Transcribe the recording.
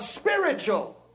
spiritual